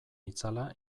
itzala